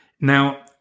Now